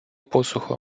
посуха